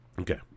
Okay